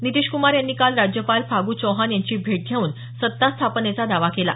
नितीशक्मार यांनी काल राज्यपाल फागू चौहान यांची भेट घेऊन सत्ता स्थापनेचा दावा केला